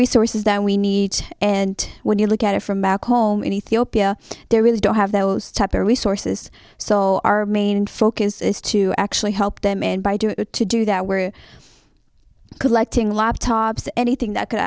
resources that we need and when you look at it from back home in ethiopia they really don't have those type their resources so our main focus is to actually help them and by doing it to do that where collecting laptops anything that could